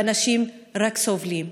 ואנשים רק סובלים.